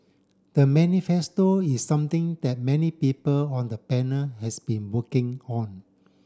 the manifesto is something that many people on the panel has been working on